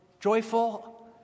Joyful